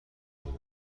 تونیم